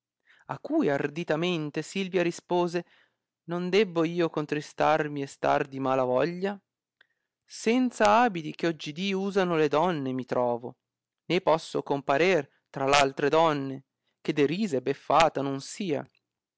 a cui arditamente silvia rispose non debbo io contristarmi e star di mala voglia senza abili che oggidì usano le donne mi trovo né posso comparer tra l altre donne che derisa e beffata non sia